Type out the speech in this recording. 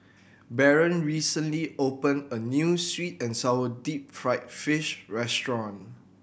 Barron recently opened a new sweet and sour deep fried fish restaurant